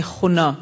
נכונה,